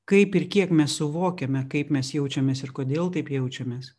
kaip ir kiek mes suvokiame kaip mes jaučiamės ir kodėl taip jaučiamės